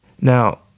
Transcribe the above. Now